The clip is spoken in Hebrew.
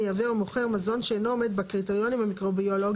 מייבא או מוכר מזון שאינו עומד בקריטריונים המיקרוביולוגיים